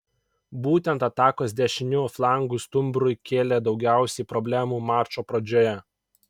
būtent atakos dešiniu flangu stumbrui kėlė daugiausiai problemų mačo pradžioje